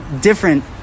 different